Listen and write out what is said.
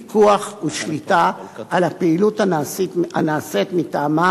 פיקוח ושליטה על הפעילות הנעשית מטעמה